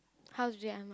how did you unlock